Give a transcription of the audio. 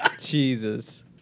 Jesus